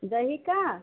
दही का